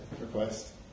request